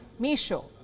Misho